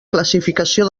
classificació